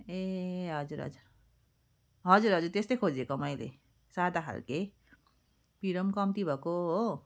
ए हजुर हजुर हजुर हजुर त्यस्तै खोजेको मैले सादा खालको पिरो पनि कम्ती भएको हो